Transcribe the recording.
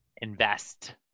Invest